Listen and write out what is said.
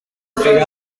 figure